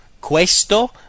Questo